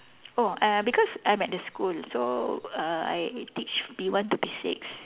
oh uh because I'm at the school so uh I teach P one to P six